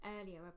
earlier